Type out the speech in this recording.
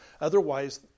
Otherwise